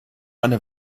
eine